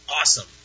awesome